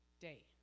day